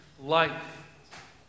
life